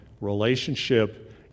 relationship